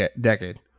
decade